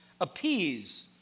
appease